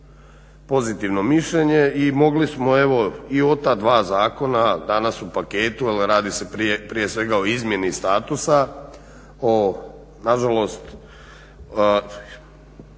pozitivno mišljenje i mogli smo evo i od ta dva zakona danas u paketu, ali radi se prije svega o izmjeni statusa, o nažalost